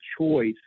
choice